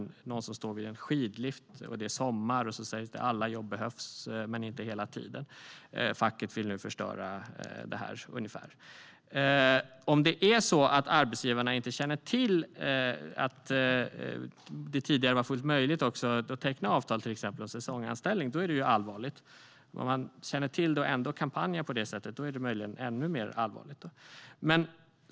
Det är någon som står vid en skidlift, och det är sommar. Sedan sägs det: Alla jobb behövs, men inte hela tiden. Facket vill nu förstöra detta, ungefär. Om det är så att arbetsgivarna inte känner till att det tidigare var fullt möjligt att teckna avtal om till exempel säsongsanställning är det allvarligt. Om man känner till det och ändå kampanjar på det sättet är det möjligen ännu mer allvarligt.